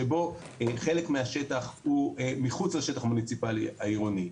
שבו חלק מהשטח הוא מחוץ לשטח המוניציפלי של העיר ירושלים,